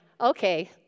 okay